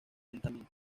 lentamente